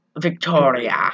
Victoria